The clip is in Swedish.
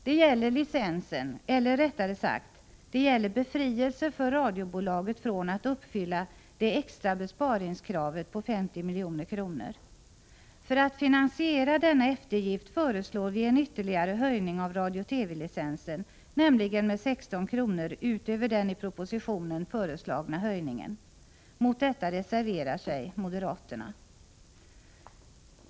Det gäller licensen — eller rättare sagt: det gäller befrielse för radiobolaget från att uppfylla det extra besparingskravet på 50 milj.kr. För att finansiera denna eftergift föreslår vi en ytterligare höjning av radio-TV-licensen, nämligen med 16 kr. utöver den i propositionen föreslagna höjningen. Mot detta reserverar sig moderaterna.